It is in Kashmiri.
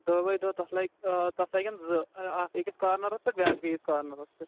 دَہ بے دَہ تَتھ لَگہِ تَتھ لگن زٕ اکھ أکِس کارنَرَس تہٕ بیٛاکھ بیٚیِس کارنَرَس پٮ۪ٹھ